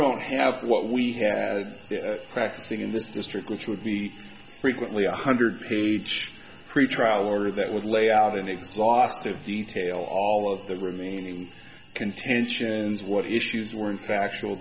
don't have what we have practicing in this district which would be frequently a one hundred page pretrial order that would lay out in exhaustive detail all of the remaining contentions what issues were in factual